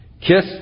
Kiss